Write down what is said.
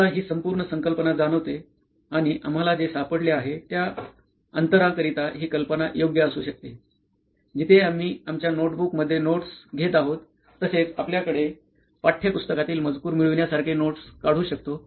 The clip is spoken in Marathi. आम्हाला ही संपूर्ण संकल्पना जाणवते आणि आम्हाला जे सापडले आहे त्या अंतरांकरिता ही कल्पना योग्य असू शकते जिथे आम्ही आमच्या नोटबुकमध्ये नोट्स घेत आहोत तसेच आपल्याकडे पाठ्यपुस्तकातील मजकूर मिळविण्यासारखे नोट्स काढू शकतो